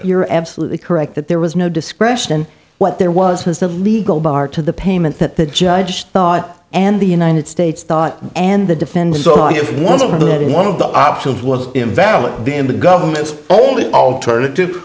you're absolutely correct that there was no discretion what there was has the legal bar to the payment that the judge thought and the united states thought and the defendant saw one of that in one of the options was invalid being the government's only alternative